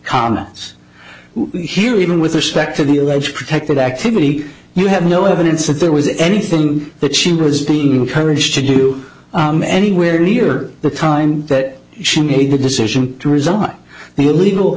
commons here even with respect to the alleged protected activity you have no evidence that there was anything that she was being encouraged to do anywhere near the time that she needed decision to resign the legal